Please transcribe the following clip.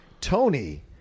Tony